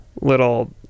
little